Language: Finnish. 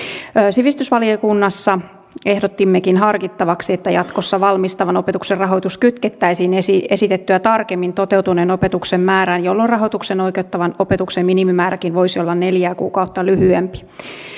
sivistysvaliokunnassa ehdotimmekin harkittavaksi että jatkossa valmistavan opetuksen rahoitus kytkettäisiin esitettyä tarkemmin toteutuneen opetuksen määrään jolloin rahoitukseen oikeuttavan opetuksen minimimääräkin voisi olla neljää kuukautta lyhyempi